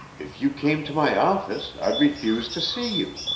if you came to my office, i'd refuse to see you